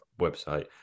website